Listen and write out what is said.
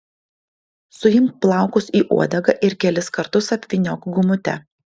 suimk plaukus į uodegą ir kelis kartus apvyniok gumute